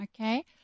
okay